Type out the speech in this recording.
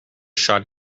shot